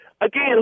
Again